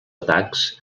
atacs